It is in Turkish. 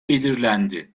belirlendi